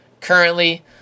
currently